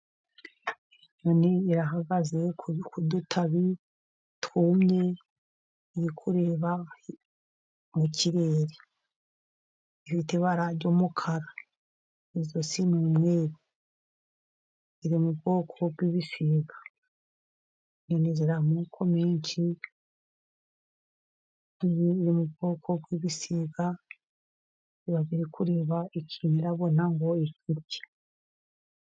Inyoni irahagaze ku dutabi twumye iri kureba mu kirere, ifite ibara ry'umukara ,mu ijosi n'umweru, iri mu bwoko bw'ibisiga . Inyoni ziri amoko menshi , iyi iri mu bwoko bw'ibisiga, iba iri kureba ikintu irabona ngo ikirye.